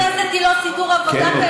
הכנסת היא לא סידור עבודה,